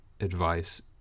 advice